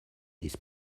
this